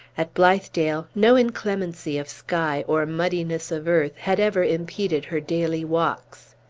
at blithedale, no inclemency of sky or muddiness of earth had ever impeded her daily walks.